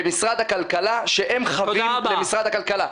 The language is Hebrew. שהם חבים למשרד הכלכלה.